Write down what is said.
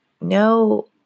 no